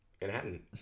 Manhattan